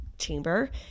chamber